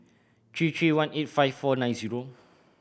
three three one eight five four nine zero